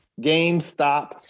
GameStop